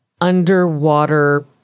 underwater